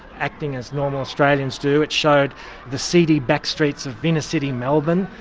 acting as normal australians do. it showed the seedy back streets of inner-city melbourne,